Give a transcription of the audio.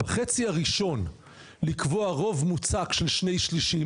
בחצי הראשון לקבוע רוב מוצק של שני שלישים